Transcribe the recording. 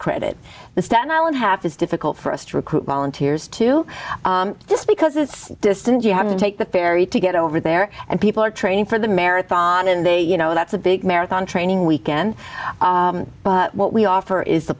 credit the staten island half is difficult for us to recruit volunteers to just because it's distant you have to take the ferry to get over there and people are training for the marathon and they you know that's a big marathon training weekend but what we offer is the